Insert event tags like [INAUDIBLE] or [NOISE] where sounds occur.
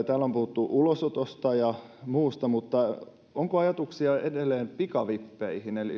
[UNINTELLIGIBLE] täällä on puhuttu ulosotosta ja muusta ja jatkaisin vielä kysymyksiä tästä onko ajatuksia edelleen pikavippeihin